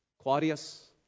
Claudius